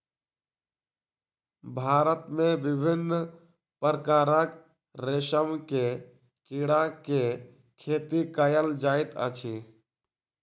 भारत मे विभिन्न प्रकारक रेशम के कीड़ा के खेती कयल जाइत अछि